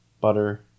butter